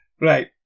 Right